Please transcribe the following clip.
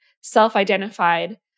self-identified